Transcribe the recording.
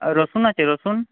আর রসুন আছে রসুন